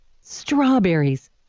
Strawberries